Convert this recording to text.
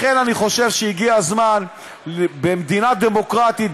לכן אני חושב שהגיע הזמן במדינה דמוקרטית,